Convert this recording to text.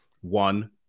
One